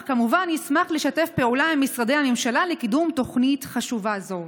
אך כמובן נשמח לשתף פעולה עם משרדי ממשלה לקידום תוכנית חשובה זו.